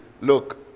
look